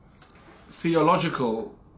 theological